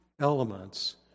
elements